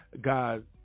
God